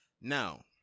Now